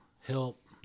help